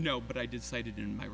know but i decided in my